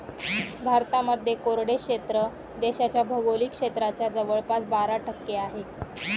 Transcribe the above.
भारतामध्ये कोरडे क्षेत्र देशाच्या भौगोलिक क्षेत्राच्या जवळपास बारा टक्के आहे